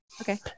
Okay